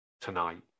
tonight